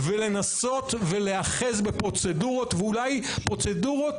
ולנסות להיאחז בפרוצדורות ואולי פרוצדורות